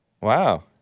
Wow